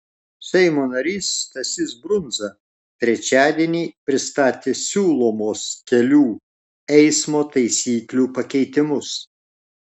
seimo narys stasys brundza trečiadienį pristatė siūlomus kelių eismo taisyklių pakeitimus